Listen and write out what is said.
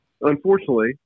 Unfortunately